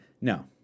No